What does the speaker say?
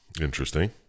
Interesting